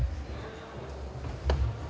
Hvala.